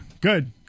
good